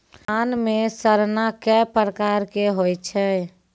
धान म सड़ना कै प्रकार के होय छै?